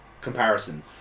comparison